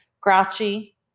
grouchy